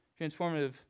transformative